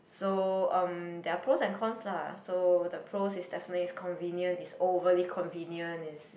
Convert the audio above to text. so um there are pros and cons lah so the pros is definitely it's convenient it's overly convenient is